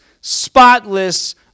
spotless